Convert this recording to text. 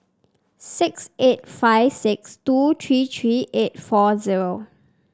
six eight five six two three three eight four zero